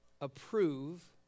approve